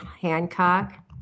Hancock